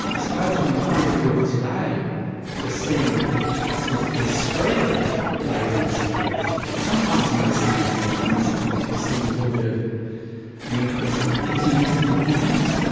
i suppose from the point of view of today we're seeing what seems to be a spread of labour insecurity, sometimes in those same forms. i think we're seeing a little bit of an increase in intermittent employment,